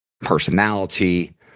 personality